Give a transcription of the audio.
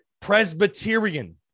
Presbyterian